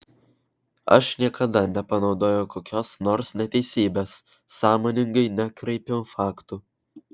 aš niekada nepanaudojau kokios nors neteisybės sąmoningai nekraipiau faktų